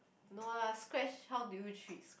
no lah scratch how do you treat scratch